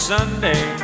Sunday